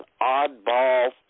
oddball